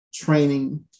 training